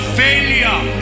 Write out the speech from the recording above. failure